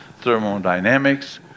Thermodynamics